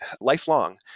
lifelong